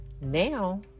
Now